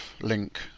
link